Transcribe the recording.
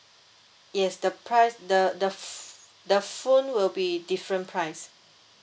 yes the price the the fi~ the phone will be different price